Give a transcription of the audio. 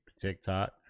TikTok